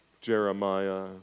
Jeremiah